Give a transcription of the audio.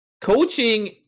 coaching